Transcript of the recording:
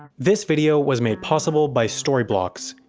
this video was made possible by storyblocks.